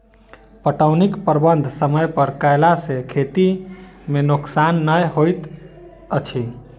पटौनीक प्रबंध समय पर कयला सॅ खेती मे नोकसान नै होइत अछि